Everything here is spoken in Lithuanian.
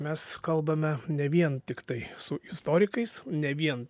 mes kalbame ne vien tiktai su istorikais ne vien